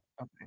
okay